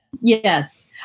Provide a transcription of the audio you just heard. Yes